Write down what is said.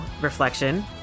reflection